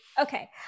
Okay